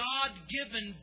God-given